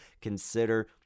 consider